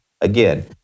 again